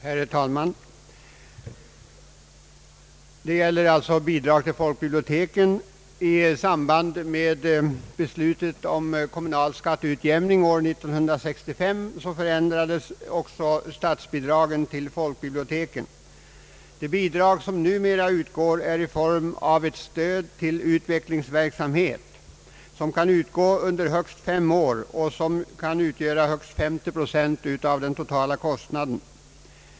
Herr talman! Det gäller bidrag till folkbiblioteken. I samband med beslutet om kommunal skatteutjämning 1965 förändrades statsbidragen till folkbiblioteken. De bidrag som numera utgår har formen av ett stöd till utvecklingsverksamhet. Bidrag kan ges under högst fem år och kan utgöra högst 50 procent av den totala kostnaden.